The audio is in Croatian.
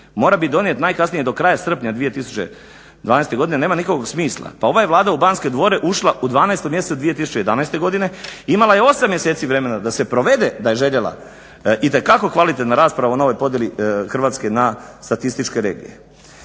mora biti donijet najkasnije do kraja srpnja 2012. godine nema nikakvog smisla. Pa ova je Vlada u Banske dvore ušla u 12. mjesecu 2011. godine, imala je 8 mjeseci vremena da se provede da je željela itekako kvalitetna rasprava o novoj podjeli Hrvatske na statističke regije.